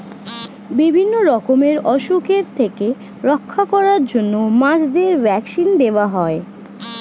বিভিন্ন রকমের অসুখের থেকে রক্ষা করার জন্য মাছেদের ভ্যাক্সিন দেওয়া হয়